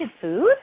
food